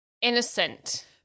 innocent